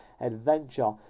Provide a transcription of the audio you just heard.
adventure